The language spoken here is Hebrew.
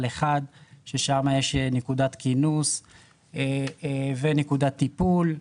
1 ששם יש נקודת כינוס ונקודת טיפול,